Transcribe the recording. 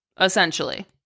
essentially